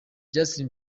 justin